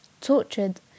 tortured